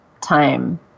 time